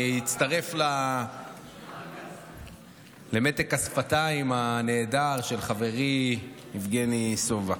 אני אצטרף למתק השפתיים הנהדר של חברי יבגני סובה.